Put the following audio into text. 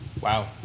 Wow